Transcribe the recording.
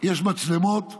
יש מצלמות מהירות,